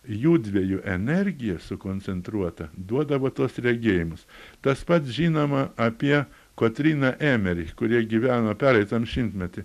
jųdviejų energija sukoncentruota duodavo tuos regėjimus tas pats žinoma apie kotryną emeri kuri gyveno pereitam šimtmety